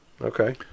Okay